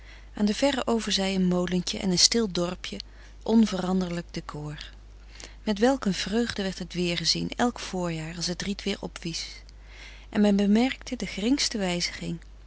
aan de verre overzij een molentje en een stil dorpje onveranderlijk decor met welk een vreugde werd het weer gezien elk voorjaar als het riet weer frederik van eeden van de koele meren des doods opwies en men bemerkte de geringste wijziging